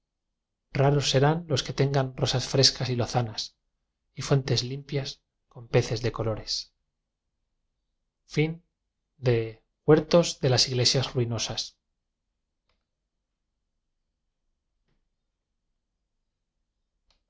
raros serán los que tengan rosas frescas y lozanas y fuen tes limpias con peces de colores ja r d ín r